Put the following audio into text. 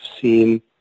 seen